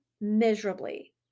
miserably